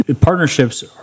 Partnerships